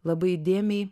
labai įdėmiai